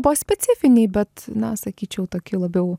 buvo specifiniai bet na sakyčiau tokie labiau